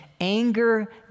anger